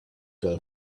girl